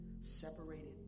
separated